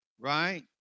right